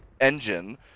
engine